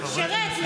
הוא שירת.